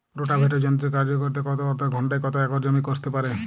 Rotavator যন্ত্রের কার্যকারিতা কত অর্থাৎ ঘণ্টায় কত একর জমি কষতে পারে?